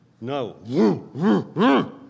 No